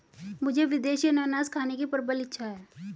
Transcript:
मुझे विदेशी अनन्नास खाने की प्रबल इच्छा है